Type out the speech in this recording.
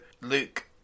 Luke